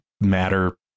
matter